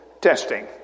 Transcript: testing